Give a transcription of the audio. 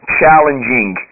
challenging